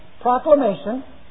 proclamation